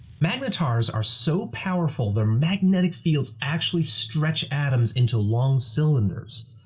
magnetars are so powerful their magnetic fields actually stretch atoms into long cylinders.